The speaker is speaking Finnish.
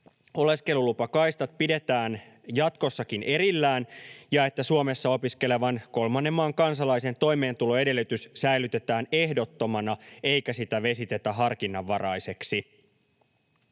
oleskelulupakaistat pidetään jatkossakin erillään ja että Suomessa opiskelevan kolmannen maan kansalaisen toimeentuloedellytys säilytetään ehdottomana eikä sitä vesitetä harkinnanvaraiseksi.